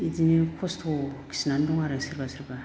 बिदिनो खस्थ' खिनानै दं आरो सोरबा सोरबा